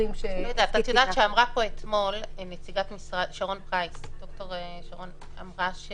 אמרה פה אתמול ד"ר שרון אלרעי פרייס,